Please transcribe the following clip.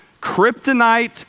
Kryptonite